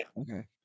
okay